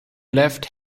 left